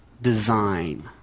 Design